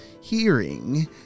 hearing